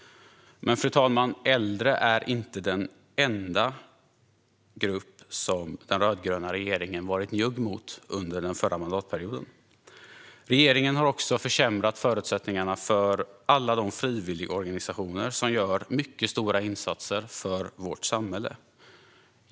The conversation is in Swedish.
Fru talman! Äldre är inte de enda som den rödgröna regeringen var njugg mot under den förra mandatperioden. Regeringen har också försämrat förutsättningarna för alla de frivilligorganisationer som gör mycket stora insatser för vårt samhälle.